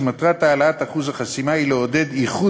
מטרת העלאת אחוז החסימה היא לעודד איחוד